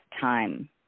time